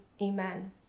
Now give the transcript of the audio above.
amen